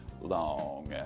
long